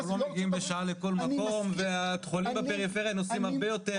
אנחנו לא מגיעים בשעה לכל מקום ובתי חולים בפריפריה נוסעים הרבה יותר.